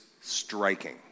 striking